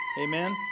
Amen